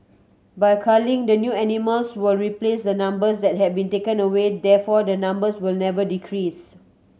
by culling the new animals will replace the numbers that have been taken away therefore the numbers will never decrease